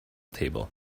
table